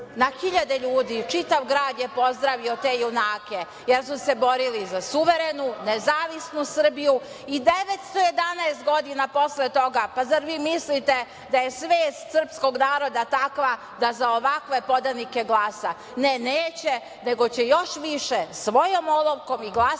Na hiljade ljudi, čitav grad je pozdravio te junake, jer su se borili za suverenu, nezavisnu Srbiju. I 911 godina posle toga, zar vi mislite da je svest srpskog naroda takva da za ovakve podanike glasa. Ne, ne, neće, nego će još više svojom olovkom i glasanjem